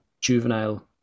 juvenile